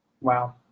Wow